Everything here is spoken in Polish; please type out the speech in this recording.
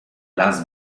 las